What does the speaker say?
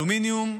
אלומיניום,